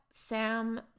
Sam